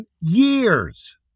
years